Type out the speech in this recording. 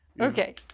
okay